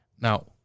now